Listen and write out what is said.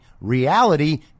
reality